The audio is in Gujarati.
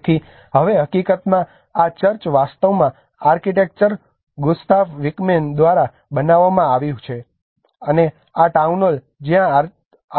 તેથી હવે હકીકતમાં આ ચર્ચ વાસ્તવમાં આર્કિટેક્ટ ગુસ્તાફ વિકમેન દ્વારા બનાવવામાં આવ્યું હતું અને આ ટાઉન હોલ જ્યાં